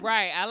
Right